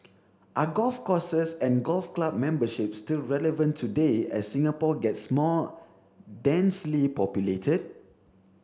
are golf courses and golf club memberships still relevant today as Singapore gets more densely populated